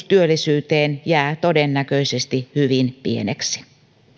työllisyyteen jää todennäköisesti hyvin pieneksi